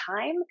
time